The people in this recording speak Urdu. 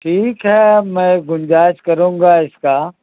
ٹھیک ہے میں گنجائش کروں گا اس کا